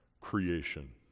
creation